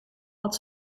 had